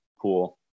pool